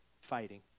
fighting